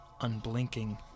unblinking